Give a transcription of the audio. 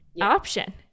option